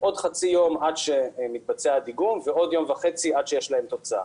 עוד חצי יום עד שמתבצע הדיגום ועוד יום וחצי עד שיש להם תוצאה.